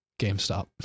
GameStop